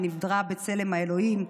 שנברא בצלם האלוקים,